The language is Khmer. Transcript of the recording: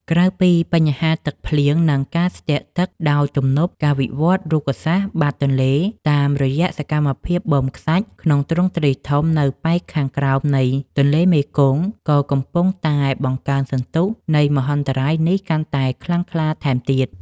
ក្រៅពីបញ្ហាទឹកភ្លៀង និងការស្ទាក់ទឹកដោយទំនប់ ការវិវត្តនៃរូបសាស្ត្របាតទន្លេតាមរយៈសកម្មភាពបូមខ្សាច់ក្នុងទ្រង់ទ្រាយធំនៅប៉ែកខាងក្រោមនៃទន្លេមេគង្គ ក៏កំពុងតែបង្កើនសន្ទុះនៃមហន្តរាយនេះកាន់តែខ្លាំងក្លាថែមទៀត។